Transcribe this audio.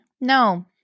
No